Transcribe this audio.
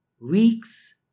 weeks